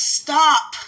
stop